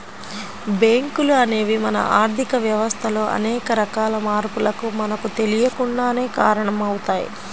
బ్యేంకులు అనేవి మన ఆర్ధిక వ్యవస్థలో అనేక రకాల మార్పులకు మనకు తెలియకుండానే కారణమవుతయ్